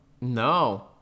no